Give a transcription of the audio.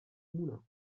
moulins